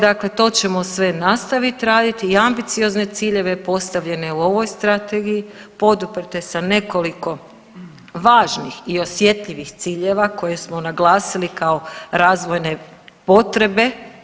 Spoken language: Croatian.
Dakle, to ćemo sve nastaviti raditi i ambiciozne ciljeve postavljene u ovoj strategiji poduprte sa nekoliko važnih i osjetljivih ciljeva koje smo naglasili kao razvojne potrebe.